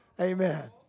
Amen